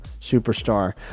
superstar